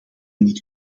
niet